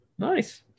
nice